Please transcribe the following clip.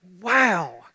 Wow